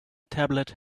tablet